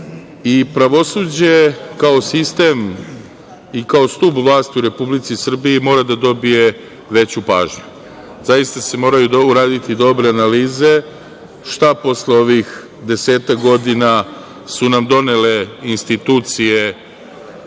Pravosuđe kao sistem i kao stub vlasti u Republici Srbiji mora da dobije veću pažnju. Zaista se moraju uraditi dobre analize, šta posle ovih desetak godina su nam donele institucije